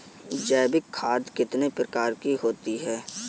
जैविक खाद कितने प्रकार की होती हैं?